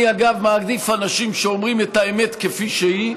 אני, אגב, מעדיף אנשים שאומרים את האמת כפי שהיא.